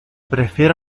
prefiero